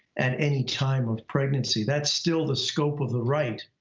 at any time of pregnancy. that's still the scope of the right,